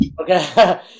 Okay